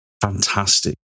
fantastic